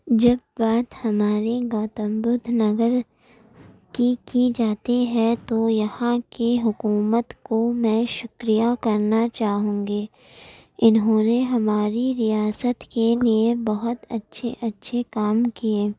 جب بات ہمارے گوتم بدھ نگر کی کی جاتی ہے تو یہاں کی حکومت کو میں شکریہ کرنا چاہوں گی انہوں نے ہماری ریاست کے لیے بہت اچھے اچھے کام کیے